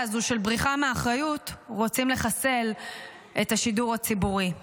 הזו של בריחה מאחריות רוצים לחסל את השידור הציבורי.